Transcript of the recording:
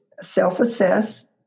self-assess